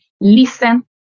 listen